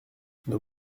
nos